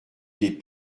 des